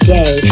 Day